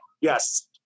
Yes